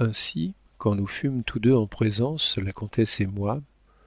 ainsi quand nous fûmes tous deux en présence la comtesse et moi